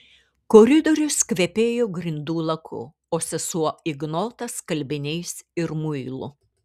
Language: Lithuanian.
koridorius kvepėjo grindų laku o sesuo ignota skalbiniais ir muilu